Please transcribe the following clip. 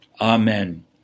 Amen